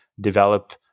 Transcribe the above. develop